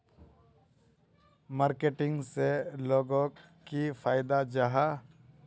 Marketing से लोगोक की फायदा जाहा?